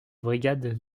brigade